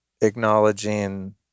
acknowledging